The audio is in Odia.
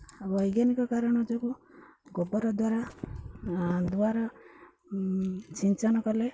ବୈଜ୍ଞାନିକ କାରଣ ଯୋଗୁଁ ଗୋବର ଦ୍ୱାରା ଦୁଆର ସିଞ୍ଚନ କଲେ